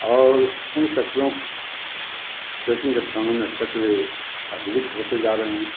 और उन कचरों ट्रेकिंग स्थानों में कचरे अधिक होते जा रहे हैं